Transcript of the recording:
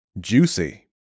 Juicy